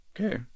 Okay